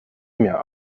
mir